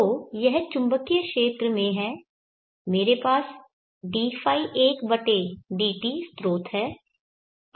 तो यह चुंबकीय क्षेत्र में है मेरे पास dϕ1dt स्रोत है